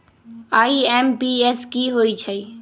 IMPS की होईछइ?